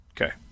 Okay